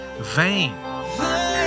vain